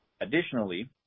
Additionally